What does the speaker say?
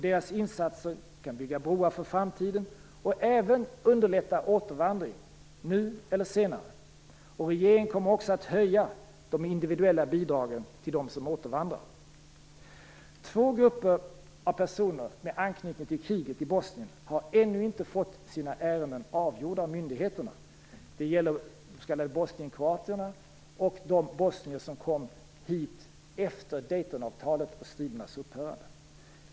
Deras insatser kan bygga broar för framtiden och även underlätta återvandring nu eller senare. Regeringen kommer också att höja den individuella bidragen till dem som återvandrar. Två grupper av personer med anknytning till kriget i Bosnien har ännu inte fått sina ärenden avgjorda av myndigheterna. Det gäller de s.k. bosnienkroaterna och de bosnier som kom hit efter Daytonavtalet och stridernas upphörande.